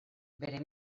bere